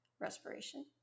respiration